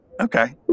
okay